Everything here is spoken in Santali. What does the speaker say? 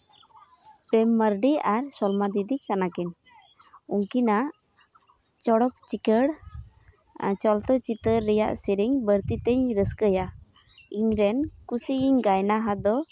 ᱯᱨᱮᱢ ᱢᱟᱨᱰᱤ ᱟᱨ ᱥᱚᱞᱢᱟ ᱫᱤᱫᱤ ᱠᱟᱱᱟ ᱠᱤᱱ ᱩᱱᱠᱤᱱᱟᱜ ᱪᱚᱲᱚᱠ ᱪᱤᱠᱟᱹᱬ ᱪᱚᱞᱚᱛᱚ ᱪᱤᱛᱟᱹᱨ ᱨᱮᱭᱟᱜ ᱥᱮᱨᱮᱧ ᱵᱟᱹᱲᱛᱤᱧ ᱨᱟᱹᱥᱠᱟᱹᱭᱟ ᱤᱧᱨᱮᱱ ᱠᱩᱥᱤᱭᱤᱧ ᱜᱟᱭᱱᱟᱦᱟᱨ ᱫᱚ